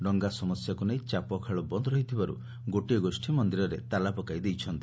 ଡଙ୍ଙା ସମସ୍ୟାକୁ ନେଇ ଚାପଖେଳ ବନ୍ଦ ରହିଥିବାରୁ ଗୋଟିଏ ଗୋଷୀ ମନ୍ଦିରରେ ତାଲା ପକାଇ ଦେଇଛନ୍ତି